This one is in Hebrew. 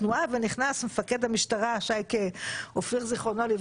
התנועה ונכנס מפקד המשטרה שייקה אופיר ז"ל,